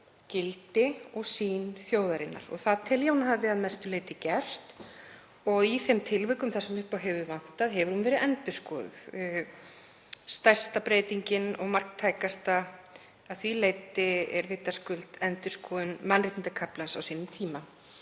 gildi og sýn þjóðarinnar, og það tel ég að hún hafi að mestu leyti gert og í þeim tilvikum þar sem upp á hefur vantað hefur hún verið endurskoðuð. Stærsta breytingin og marktækasta að því leyti er vitaskuld endurskoðun mannréttindakaflans á sínum tíma.